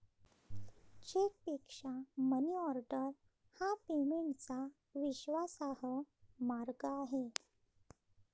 चेकपेक्षा मनीऑर्डर हा पेमेंटचा विश्वासार्ह मार्ग आहे